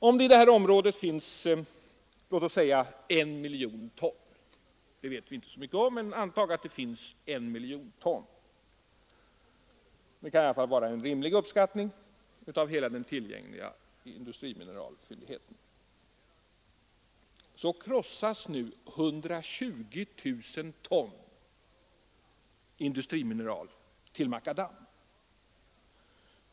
Om det i detta område finns låt oss säga 1 miljon ton — det vet vi inte så mycket om, men låt oss i alla fall anta att det rör sig om den kvantiteten, för det kan vara en rimlig uppskattning av hela den tillgängliga industrimineralfyndigheten — så krossas nu 120 000 ton industrimineral till makadam.